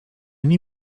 nie